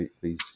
please